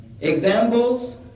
Examples